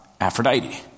Aphrodite